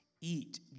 eat